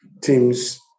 teams